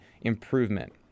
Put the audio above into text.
improvement